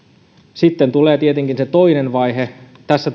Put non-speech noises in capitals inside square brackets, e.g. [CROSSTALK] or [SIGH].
sitten tulee tietenkin se toinen vaihe tässä [UNINTELLIGIBLE]